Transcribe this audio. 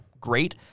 great